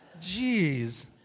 Jeez